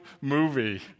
movie